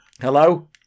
Hello